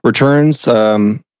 Returns